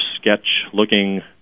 sketch-looking